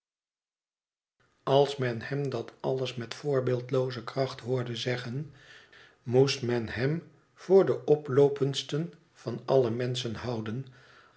als men hem dat alles met voorbeeldelooze kracht hoorde zeggen moest men hem voor den oploopendsten van alle menschen houden